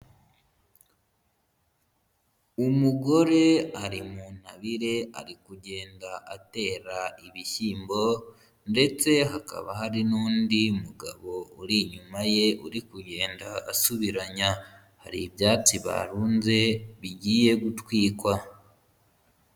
Umugore ari mu ntabire ari kugenda atera ibishyimbo ndetse hakaba hari n'undi mugabo uri inyuma ye uri kugenda asubiranya. Hari ibyatsi barunze bigiye gutwikwa.